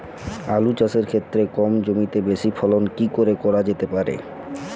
আলু চাষের ক্ষেত্রে কম জমিতে বেশি ফলন কি করে করা যেতে পারে?